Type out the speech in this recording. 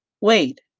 wait